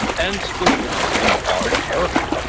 and school shootings you know are terrifying.